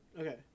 Okay